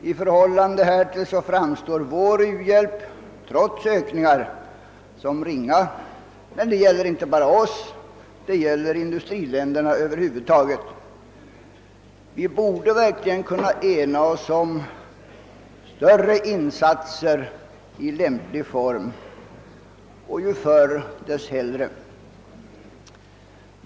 I förhållande härtill framstår vår u-hjälp trots ökningar som ringa, men det gäller inte bara oss utan det gäller industriländerna över huvud taget. Vi borde verkligen kunna ena oss om större insatser i lämplig form — och ju förr dess hellre.